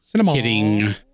hitting